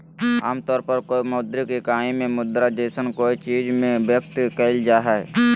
आमतौर पर कोय मौद्रिक इकाई में मुद्रा जैसन कोय चीज़ में व्यक्त कइल जा हइ